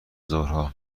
ظهرها